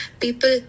people